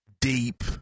deep